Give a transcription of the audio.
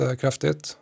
kraftigt